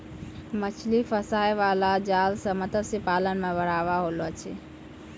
मछली फसाय बाला जाल से मतस्य पालन मे बढ़ाबा होलो छै